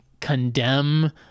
condemn